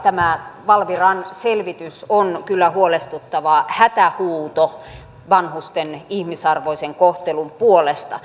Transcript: tämä valviran selvitys on kyllä huolestuttava hätähuuto vanhusten ihmisarvoisen kohtelun puolesta